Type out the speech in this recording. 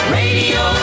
radio